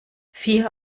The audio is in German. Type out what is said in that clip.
vier